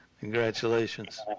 Congratulations